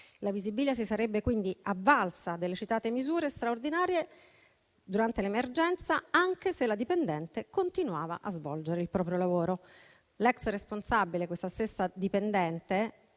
La Visibilia si sarebbe, quindi, avvalsa delle citate misure straordinarie durante l'emergenza, anche se la dipendente continuava a svolgere il proprio lavoro. L'*ex* responsabile, questa stessa dipendente